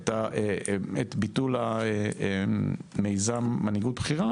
את ביטול המיזם "מנהיגות בכירה".